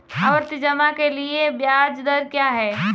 आवर्ती जमा के लिए ब्याज दर क्या है?